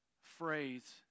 phrase